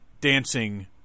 dancing